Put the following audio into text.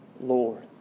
Lord